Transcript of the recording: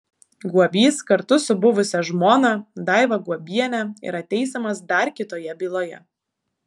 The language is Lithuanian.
guobys kartu su buvusia žmona daiva guobiene yra teisiamas dar kitoje byloje